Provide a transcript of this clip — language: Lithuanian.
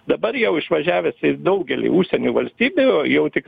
dabar jau išvažiavęs į daugelį užsienių valstybių jau tik